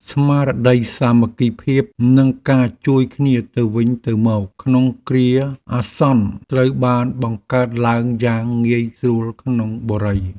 ស្មារតីសាមគ្គីភាពនិងការជួយគ្នាទៅវិញទៅមកក្នុងគ្រាអាសន្នត្រូវបានបង្កើតឡើងយ៉ាងងាយស្រួលក្នុងបុរី។